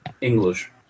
English